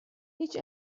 هیچ